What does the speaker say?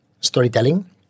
storytelling